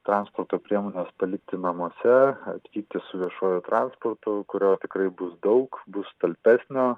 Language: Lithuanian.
transporto priemones palikti namuose atvykti su viešuoju transportu kurio tikrai bus daug bus talpesnio